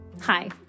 Hi